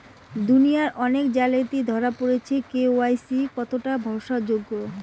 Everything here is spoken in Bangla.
দুনিয়ায় অনেক জালিয়াতি ধরা পরেছে কে.ওয়াই.সি কতোটা ভরসা যোগ্য?